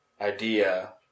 idea